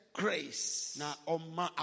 grace